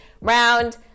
round